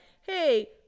hey